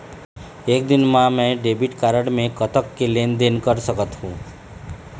एक दिन मा मैं डेबिट कारड मे कतक के लेन देन कर सकत हो?